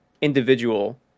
individual